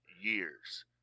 years